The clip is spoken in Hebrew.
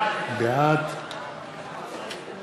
בעד